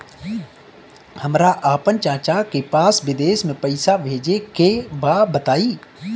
हमरा आपन चाचा के पास विदेश में पइसा भेजे के बा बताई